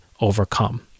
overcome